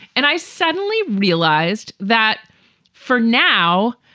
and i suddenly realized that for now,